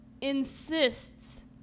insists